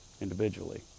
individually